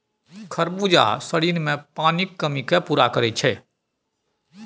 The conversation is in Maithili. खरबूजा शरीरमे पानिक कमीकेँ पूरा करैत छै